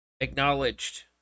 acknowledged